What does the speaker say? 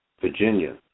Virginia